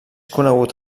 conegut